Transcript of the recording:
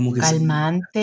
calmante